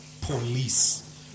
police